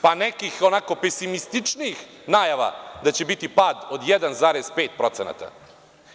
Pa, nekih onako pesimističnijih najava da će biti pad od 1,5%